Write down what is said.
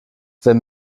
wenn